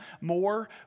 more